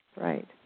Right